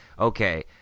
okay